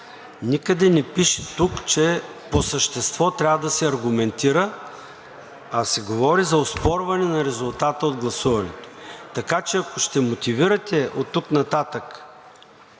Никъде не пише тук, че по същество трябва да се аргументира, а се говори за оспорване на резултата от гласуването. Така че, ако ще мотивирате оттук нататък